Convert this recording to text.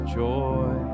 joy